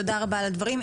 תודה רבה על הדברים.